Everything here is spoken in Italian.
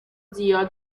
zio